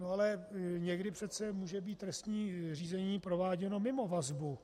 No ale někdy přece může být trestní řízení prováděno mimo vazbu.